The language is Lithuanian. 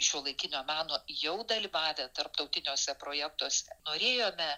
šiuolaikinio meno jau dalyvavę tarptautiniuose projektuose norėjome